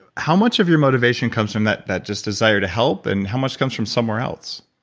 how much of your motivation comes from that that just desire to help and how much comes from somewhere else?